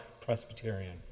Presbyterian